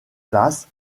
basse